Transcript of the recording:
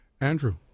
Andrew